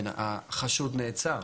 החשוד נעצר.